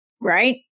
Right